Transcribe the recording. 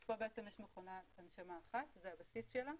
אז פה בעצם יש מכונת הנשמה אחת, זה הבסיס שלה,